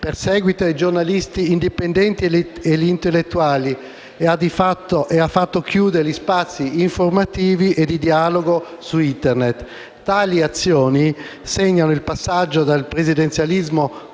perseguita i giornalisti indipendenti e gli intellettuali e ha fatto chiudere gli spazi informativi e di dialogo su Internet. Tali azioni segnano il passaggio dal presidenzialismo